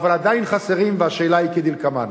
אבל עדיין חסרים, והשאלה היא כדלקמן: